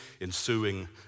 ensuing